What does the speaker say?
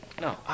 No